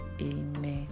amen